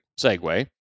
segue